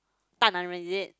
大男人 is it